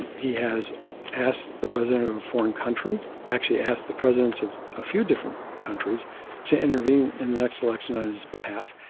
he has asked the president of a foreign country, actually asked the presidents of a few different countries to intervene in the next election on his behalf.